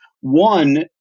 one